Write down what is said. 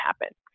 happen